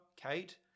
Kate